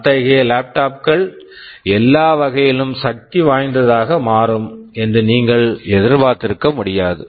அத்தகைய laptop laptop கள் எல்லா வகையிலும் சக்திவாய்ந்ததாக மாறும் என்று நீங்கள் எதிர்பார்க்க முடியாது